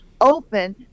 open